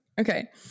Okay